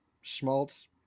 Schmaltz